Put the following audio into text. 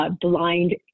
blind